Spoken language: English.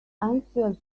anxious